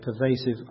pervasive